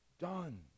done